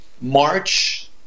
March